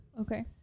Okay